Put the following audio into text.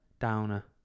downer